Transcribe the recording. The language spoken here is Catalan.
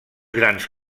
grans